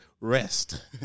rest